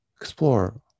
Explore